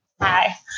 Hi